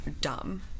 dumb